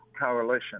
coalition